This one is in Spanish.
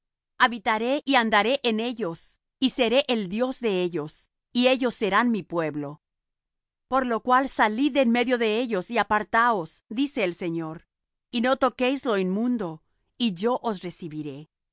y andaré en ellos y seré el dios de ellos y ellos serán mi pueblo por lo cual salid de en medio de ellos y apartaos dice el señor y no toquéis lo inmundo y yo os recibiré